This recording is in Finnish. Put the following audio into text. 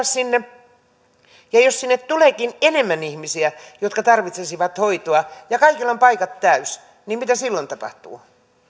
sinne ja jos sinne tuleekin enemmän ihmisiä jotka tarvitsivat hoitoa ja kaikilla on paikat täynnä niin mitä silloin tapahtuu